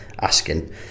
asking